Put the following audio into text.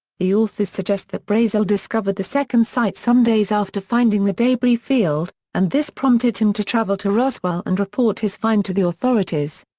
the authors suggest that brazel discovered the second site some days after finding the debris field, and this prompted him to travel to roswell and report his find to the authorities.